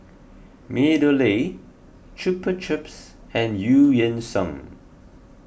MeadowLea Chupa Chups and Eu Yan Sang